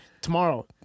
tomorrow